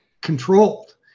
controlled